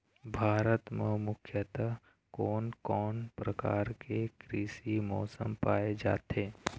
भारत म मुख्यतः कोन कौन प्रकार के कृषि मौसम पाए जाथे?